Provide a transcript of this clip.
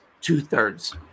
two-thirds